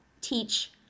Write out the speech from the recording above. teach